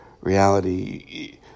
reality